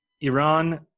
Iran